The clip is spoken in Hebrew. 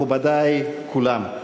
מכובדי כולם,